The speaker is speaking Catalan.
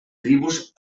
tribus